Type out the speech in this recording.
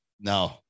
no